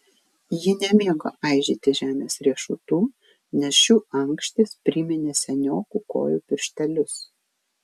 ji nemėgo aižyti žemės riešutų nes šių ankštys priminė seniokų kojų pirštelius